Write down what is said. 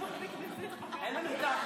חברת הכנסת בראשי, דברי איתה.